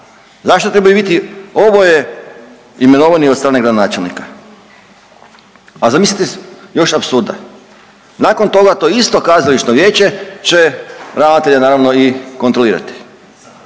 Zašto trebaju biti oboje imenovani od strane gradonačelnika? A zamislite još apsurda, nakon toga to isto kazališno vijeće će ravnatelja naravno i kontrolirati.